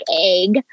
egg